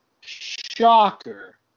Shocker